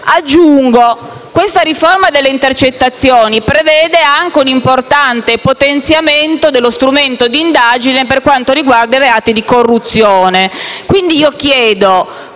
Aggiungo che questa riforma delle intercettazioni prevede anche un importante potenziamento dello strumento di indagine sui reati di corruzione.